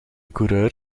coureur